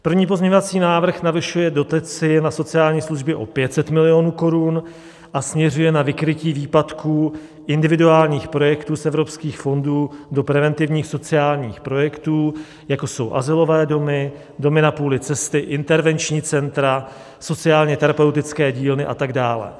První pozměňovací návrh navyšuje dotaci na sociální služby o 500 milionů korun a směřuje na vykrytí výpadků individuálních projektů z evropských fondů do preventivních sociálních projektů, jako jsou azylové domy, domy na půli cesty, intervenční centra, sociálněterapeutické dílny a tak dále.